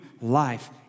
life